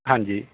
ਹਾਂਜੀ